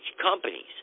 companies